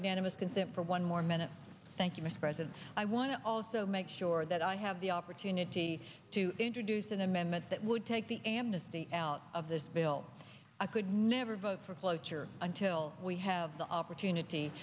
unanimous consent for one more minute thank you mr president i want to also make sure that i have the opportunity to introduce an amendment that would take the amnesty out of this bill i could never vote for cloture until we have the opportunity